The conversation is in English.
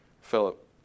Philip